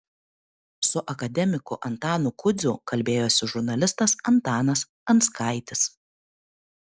su akademiku antanu kudziu kalbėjosi žurnalistas antanas anskaitis